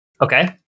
okay